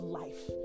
life